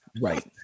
Right